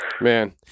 man